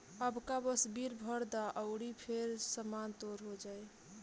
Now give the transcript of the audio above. अबका बस बिल भर द अउरी फेर सामान तोर हो जाइ